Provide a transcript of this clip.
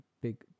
big